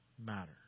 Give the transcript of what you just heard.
matter